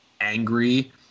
angry